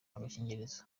agakingirizo